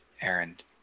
errand